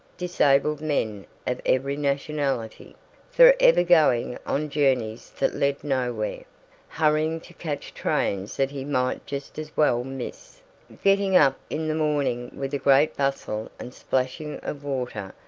disabled men of every nationality forever going on journeys that led nowhere hurrying to catch trains that he might just as well miss getting up in the morning with a great bustle and splashing of water,